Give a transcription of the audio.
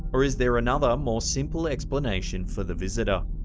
or is there another more simple explanation for the visitor?